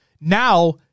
Now